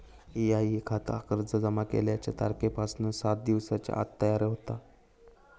EIE खाता अर्ज जमा केल्याच्या तारखेपासना सात दिवसांच्या आत तयार होता